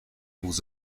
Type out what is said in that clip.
vous